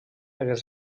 hagués